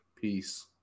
Peace